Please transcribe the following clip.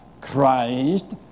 Christ